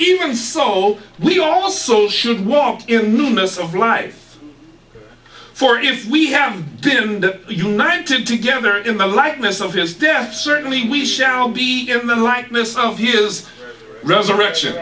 even so we also should walk in the midst of life for if we have been united together in the likeness of his death certainly we shall be in the likeness of his resurrection